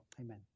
Amen